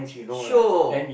shook